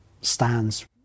stands